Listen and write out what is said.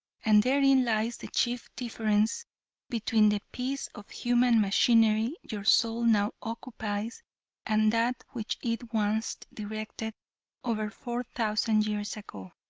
and therein lies the chief difference between the piece of human machinery your soul now occupies and that which it once directed over four thousand years ago.